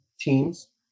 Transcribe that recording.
teams